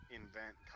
invent